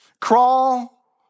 crawl